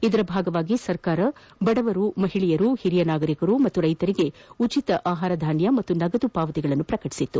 ಇದರ ಭಾಗವಾಗಿ ಸರ್ಕಾರ ಬಡವರು ಮಹಿಳೆಯರು ಹಿರಿಯ ನಾಗರಿಕರು ಹಾಗೂ ರೈತರಿಗೆ ಉಜಿತ ಆಹಾರ ಧಾನ್ವ ಹಾಗೂ ನಗದು ಪಾವತಿಗಳನ್ನು ಪ್ರಕಟಿಸಿತ್ತು